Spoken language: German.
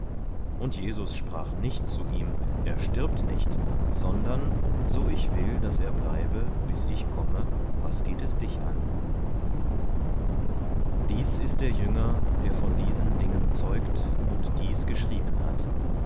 und jesus sprach nicht zu ihm er stirbt nicht sondern so ich will daß er bleibe bis ich komme was geht es dich an dies ist der jünger der von diesen dingen zeugt und dies geschrieben hat